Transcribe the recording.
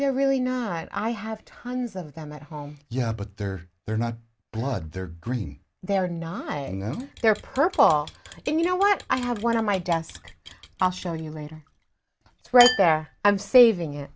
they're really not i have tons of them at home yeah but they're they're not blood they're green they're not and then they're purple and you know what i have one on my desk i'll show you later it's right there i'm saving it